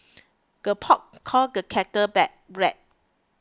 the pot call the kettle back black